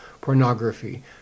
pornography